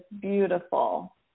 beautiful